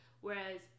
whereas